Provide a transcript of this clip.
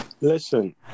Listen